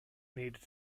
needed